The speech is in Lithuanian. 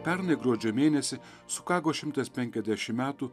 pernai gruodžio mėnesį sukako šimtas penkiasdešim metų